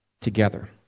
together